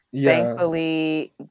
Thankfully